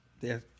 Yes